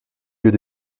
yeux